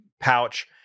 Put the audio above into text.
pouch